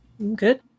Good